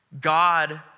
God